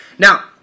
Now